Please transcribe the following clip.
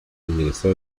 ingresó